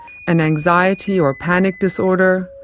an anxiety or panic disorder,